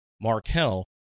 Markel